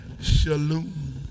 Shalom